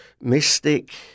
Mystic